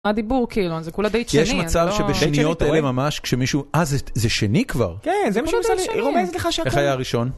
הדיבור כאילו, זה כולה ביט שני. (דובר אחר: יש מצב שבשניות, זה ממש כשמישהו, דובר אחר: אה, זה שני כבר?) כן, זה פשוט שני. (דובר אחר: איך היה הראשון?)